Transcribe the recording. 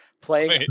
Playing